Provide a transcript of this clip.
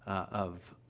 of, ah,